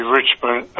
Richmond